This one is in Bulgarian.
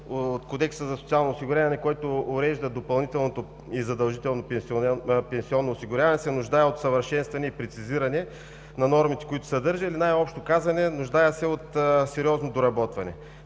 от Кодекса за социално осигуряване, който урежда допълнителното и задължителното пенсионно осигуряване, се нуждае от усъвършенстване и прецизиране на нормите, които съдържа или най-общо казано се нуждае от сериозно доработване.